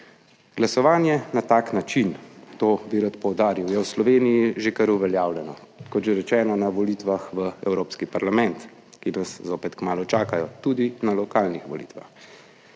Glasovanje na tak način, to bi rad poudaril je v Sloveniji že kar uveljavljeno, kot že rečeno, na volitvah v Evropski parlament, ki nas zopet kmalu čakajo tudi na lokalnih volitvah.